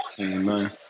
Amen